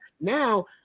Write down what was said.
Now